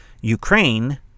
Ukraine